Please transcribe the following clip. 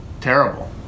terrible